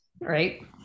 right